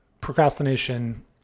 procrastination